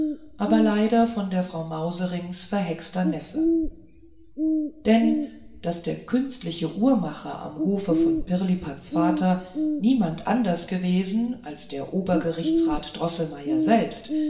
aber leider von der frau mauserinks verhexter neffe denn daß der künstliche uhrmacher am hofe von pirlipats vater niemand anders gewesen als der obergerichtsrat droßelmeier selbst